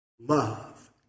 love